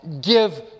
give